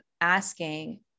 asking